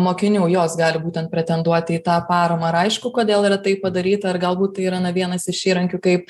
mokinių jos gali būtent pretenduoti į tą paramą ar aišku kodėl yra taip padaryta ar galbūt tai yra na vienas iš įrankių kaip